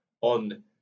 on